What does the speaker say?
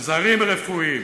עזרים רפואיים.